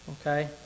okay